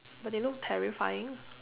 but they look terrifying